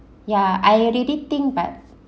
ya I already think but